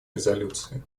резолюции